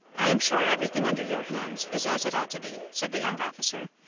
i am sure everything under your hands is as it ought to be, said the young officer,